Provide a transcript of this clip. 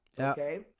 Okay